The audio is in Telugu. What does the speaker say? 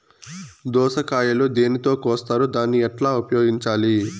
దోస కాయలు దేనితో కోస్తారు దాన్ని ఎట్లా ఉపయోగించాలి?